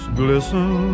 glisten